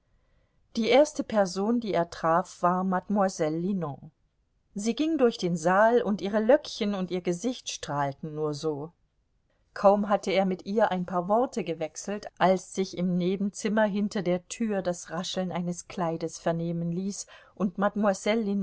die erste person die er traf war mademoiselle linon sie ging durch den saal und ihre löckchen und ihr gesicht strahlten nur so kaum hatte er mit ihr ein paar worte gewechselt als sich im nebenzimmer hinter der tür das rascheln eines kleides vernehmen ließ und mademoiselle